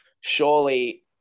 surely